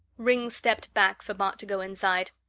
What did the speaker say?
ringg stepped back for bart to go inside.